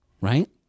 right